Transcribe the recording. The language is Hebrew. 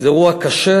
זה אירוע קשה,